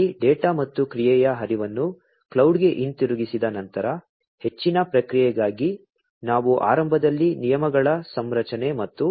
ಅಲ್ಲಿ ಡೇಟಾ ಮತ್ತು ಕ್ರಿಯೆಯ ಹರಿವನ್ನು ಕ್ಲೌಡ್ಗೆ ಹಿಂತಿರುಗಿಸಿದ ನಂತರ ಹೆಚ್ಚಿನ ಪ್ರಕ್ರಿಯೆಗಾಗಿ ನಾವು ಆರಂಭದಲ್ಲಿ ನಿಯಮಗಳ ಸಂರಚನೆ ಮತ್ತು